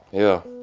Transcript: yeah